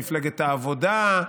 מפלגת העבודה,